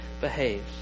behaves